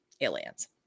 aliens